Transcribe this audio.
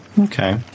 Okay